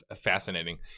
fascinating